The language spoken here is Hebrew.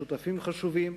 שותפים חשובים,